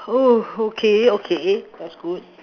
oh okay okay that's good